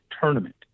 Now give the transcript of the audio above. tournament